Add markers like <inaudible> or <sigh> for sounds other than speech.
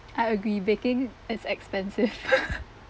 I agree baking is expensive <laughs>